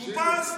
טור פז,